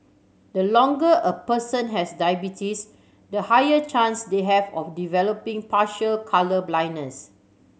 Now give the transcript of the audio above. the longer a person has diabetes the higher chance they have of developing partial colour blindness